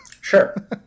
Sure